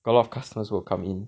got a lot of customers will come in